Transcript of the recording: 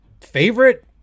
favorite